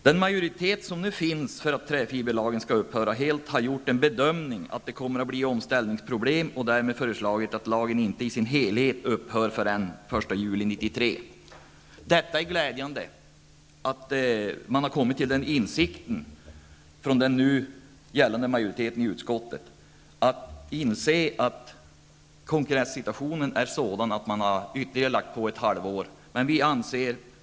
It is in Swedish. Den majoritet som nu finns för att träfiberlagen skall upphöra helt har gjort bedömningen att det kommer att bli omställningsproblem och har därmed föreslagit att lagen som helhet inte skall upphöra att gälla före den 1 juli 1993. Det är glädjande att man har kommit till den insikten. Den nu gällande majoriteten i utskottet inser nu att konkurrenssituationen är sådan att man har lagt på ytterligare ett halvår.